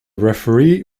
referee